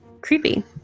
Creepy